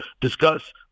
discuss